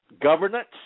governance